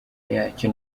yacyo